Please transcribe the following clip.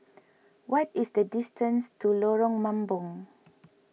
what is the distance to Lorong Mambong